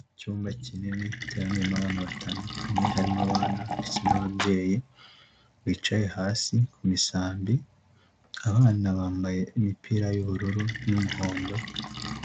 Icyumba kinini giteraniyemo abantu batandukanye, harimo abana ndetse n'ababyeyi bicaye hasi ku misambi, abana bambaye imipira y'ubururu n'umuhondo,